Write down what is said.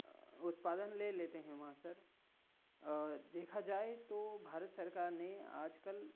उत्पादन ले लेते हैं वहाँ सर देखा जाए तो भारत सरकार ने आज कल